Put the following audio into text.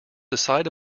decide